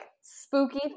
spooky